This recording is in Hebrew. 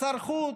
שר חוץ,